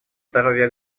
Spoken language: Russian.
здоровье